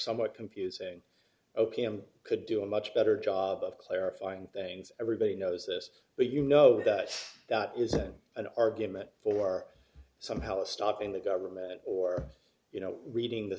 somewhat confusing o p m could do a much better job of clarifying things everybody knows this but you know that isn't an argument for somehow stopping the government or you know reading th